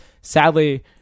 Sadly